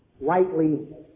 lightly